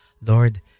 Lord